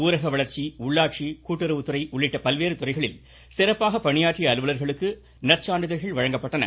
ஊரக வளர்ச்சி உள்ளாட்சி கூட்டுறவுத்துறை உள்ளிட்ட பல்வேறு துறைகளில் சிறப்பாக பணியாற்றிய அலுவலர்களுக்கு சான்றிதழ்கள் வழங்கப்பட்டன